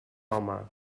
home